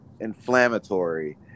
inflammatory